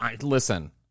listen